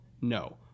No